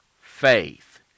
faith